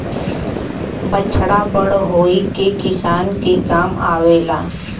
बछड़ा बड़ होई के किसान के काम आवेला